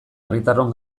herritarron